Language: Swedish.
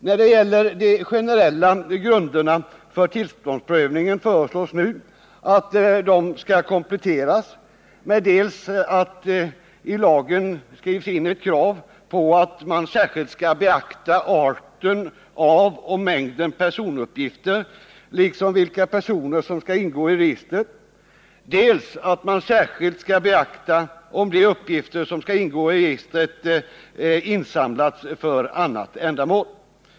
När det gäller de generella grunderna för tillståndsprövningen föreslås nu att dessa skall kompletteras, dels med ett i lagen inskrivet krav på att man särskilt skall beakta arten av och mängden personuppgifter liksom vilka personer som skall ingå i registret, dels med att man särskilt skall beakta om de uppgifter som skall ingå i registret insamlats för annat ändamål.